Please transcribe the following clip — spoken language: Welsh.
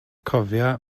cofia